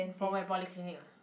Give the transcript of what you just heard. for where polyclinic ah